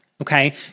Okay